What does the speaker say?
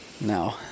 No